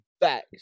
back